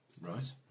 Right